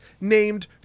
named